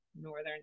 northern